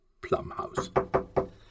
Plumhouse